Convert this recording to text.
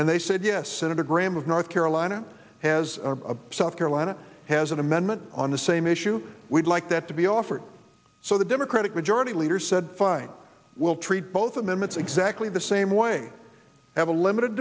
and they said yes senator graham of north carolina has a south carolina has an amendment on the same issue we'd like that to be offered so the democratic majority leader said fine we'll treat both of them it's exactly the same way have a limited